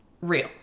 real